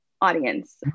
audience